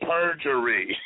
Perjury